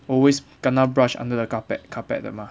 always kena brush under the carpet carpet 的吗